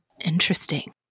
Interesting